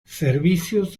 servicios